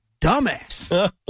dumbass